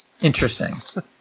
Interesting